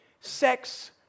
Sex